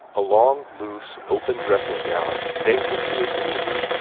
a long loose, open dressing-gown dangled to his knees,